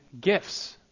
gifts